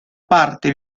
parte